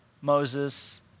Moses